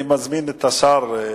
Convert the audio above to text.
אני מזמין את השר,